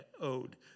owed